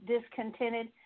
discontented